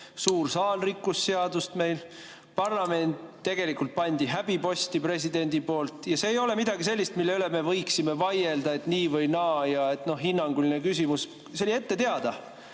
suur saal rikkus seadust meil. Parlament tegelikult pandi häbiposti, president pani, ja see ei ole midagi sellist, mille üle me võiksime vaielda, et nii või naa ja et hinnanguline küsimus. See oli ette teada,